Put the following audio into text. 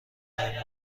نمیده